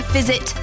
visit